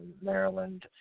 Maryland